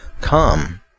Come